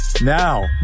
Now